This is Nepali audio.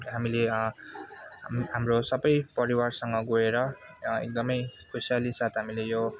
हामीले हा हाम्रो सबै परिवारसँग गएर एकदमै खुसियाली साथ हामीले यो